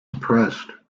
suppressed